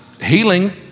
healing